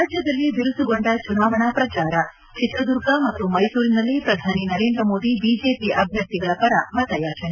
ರಾಜ್ಯದಲ್ಲಿ ಬಿರುಸುಗೊಂಡ ಚುನಾವಣಾ ಪ್ರಜಾರ ಚಿತ್ರದುರ್ಗ ಮತ್ತು ಮೈಸೂರಿನಲ್ಲಿ ಪ್ರಧಾನಿ ನರೇಂದ್ರ ಮೋದಿ ಬಿಜೆಪಿ ಅಭ್ಯರ್ಥಿಗಳ ಪರ ಮತಯಾಚನೆ